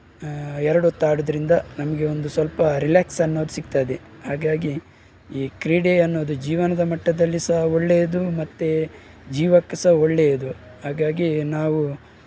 ಎರಡೊತ್ತು ಆಡೋದ್ರಿಂದ ನಮಗೆ ಒಂದು ಸ್ವಲ್ಪ ರಿಲ್ಯಾಕ್ಸ್ ಅನ್ನೋದು ಸಿಗ್ತದೆ ಹಾಗಾಗಿ ಈ ಕ್ರೀಡೆಯನ್ನೋದು ಜೀವನದ ಮಟ್ಟದಲ್ಲಿ ಸಹ ಒಳ್ಳೆಯದು ಮತ್ತೆ ಜೀವಕ್ಕೆ ಸಹ ಒಳ್ಳೆಯದು ಹಾಗಾಗಿ ನಾವು